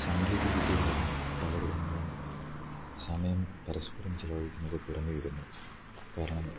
സാങ്കേതിക വിദ്യ കാരണം പല കുടുംബങ്ങളും സമയം പരസ്പരം ചിലവഴിക്കുന്നത് കുറഞ്ഞു വരുന്നു കാരണം